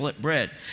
bread